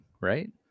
Right